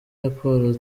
raporo